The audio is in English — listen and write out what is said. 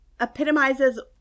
epitomizes